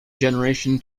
generation